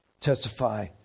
testify